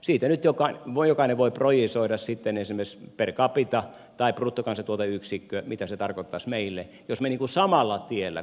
siitä nyt jokainen voi projisoida sitten esimerkiksi per capita tai bruttokansantuoteyksikkö mitä se tarkoittaisi meille jos me samalla tiellä kulkisimme